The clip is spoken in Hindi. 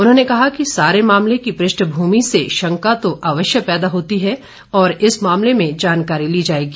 उन्होंने कहा कि सारे मामले की पृष्ठभूमि से शंका तो अवश्य पैदा होती है और इस मामले में जानकारी ली जाएगी